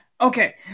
Okay